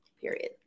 Period